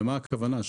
למה הכוונה?